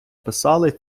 писали